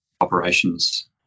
operations